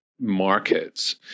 markets